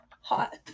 hot